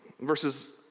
verses